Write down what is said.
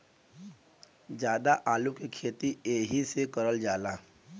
जादा आलू के खेती एहि से करल जाला